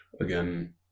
again